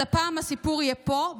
אז הפעם הסיפור יהיה פה,